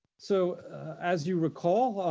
so as you recall, ah